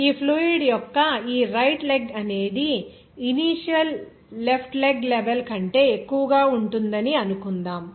ఈ ఫ్లూయిడ్ యొక్క ఈ రైట్ లెగ్ అనేది ఇనీషియల్ లెఫ్ట్ లెగ్ లెవెల్ కంటే ఎక్కువగా ఉంటుందని అనుకుందాం